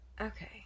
okay